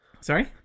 Sorry